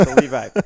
Levi